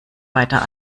weiter